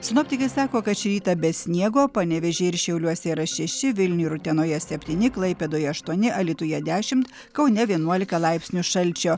sinoptikai sako kad šį rytą be sniego panevėžyje ir šiauliuose yra šeši vilniuj ir utenoje septyni klaipėdoje aštuoni alytuje dešimt kaune vienuolika laipsnių šalčio